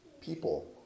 people